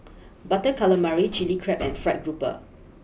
Butter Calamari Chilli Crab and Fried grouper